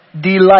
Delight